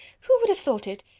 who would have thought it!